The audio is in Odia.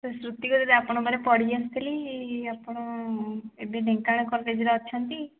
ସାର୍ ଶୃତି କହୁଥିଲି ଆପଣଙ୍କ ପାଖରେ ପଢ଼ି ଆସୁଥିଲି ଆପଣ ଏବେ ଢେଙ୍କାନାଳ କଲେଜ୍ରେ ଅଛନ୍ତି